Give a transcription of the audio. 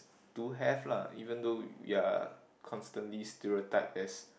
do have lah even though you are constantly stereotype as